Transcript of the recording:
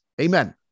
Amen